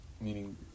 meaning